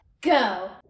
go